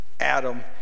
Adam